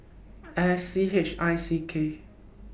S C H I C K